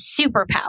superpower